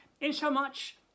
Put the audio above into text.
insomuch